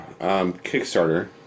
Kickstarter